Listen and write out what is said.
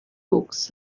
books